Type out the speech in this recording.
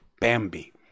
Bambi